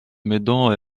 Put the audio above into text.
meudon